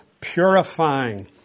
purifying